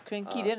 uh